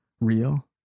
real